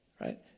right